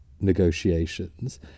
negotiations